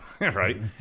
right